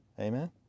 Amen